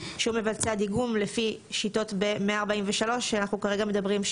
שהוא מבצע דיגום לפי שיטות ב-143 שאנחנו כרגע מדברים.